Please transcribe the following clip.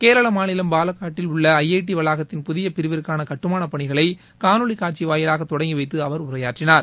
கேரள மாநிலம் பாலக்காட்டில் உள்ள ஐ ஐ டி வளாகத்தின் புதிய பிரிவிற்கான கட்டுமானப்பனிகளை காணொலி காட்சி வாயிலாக தொடங்கிவைத்து அவர் உரையாற்றினார்